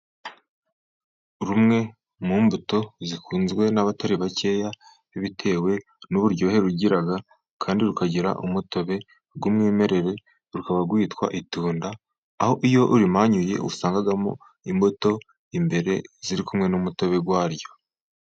Rumwe mu mbuto zikunzwe n'abatari bakeya bitewe n'uburyohe rugira, kandi rukagira umutobe w'umwimerere rukaba rwitwa itunda. Aho iyo urimanyuye usangamo imbuto imbere ziri kumwe n'umutobe waryo.